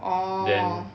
orh